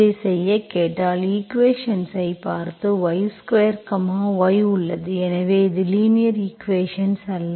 இதைச் செய்ய கேட்டால் ஈக்குவேஷன்ஸ்ஐப் பார்த்து y2 y உள்ளது எனவே இது லீனியர் ஈக்குவேஷன்ஸ் அல்ல